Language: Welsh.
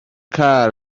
car